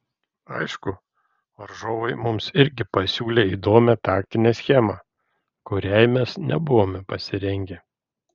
aišku varžovai mums irgi pasiūlė įdomią taktinę schemą kuriai mes nebuvome pasirengę